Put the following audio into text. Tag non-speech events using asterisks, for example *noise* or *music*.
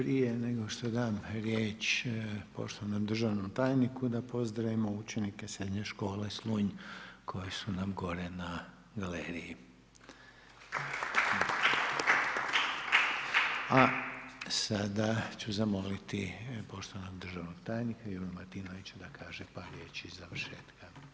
Prije nego što dam riječ poštovanom državnom tajniku, da pozdravimo učenike Srednje škole Slunj koji su nam gore na galeriji. *applause* A sada ću zamoliti poštivanog državnog tajnika Juru Martinovića da kaže par riječi završetka.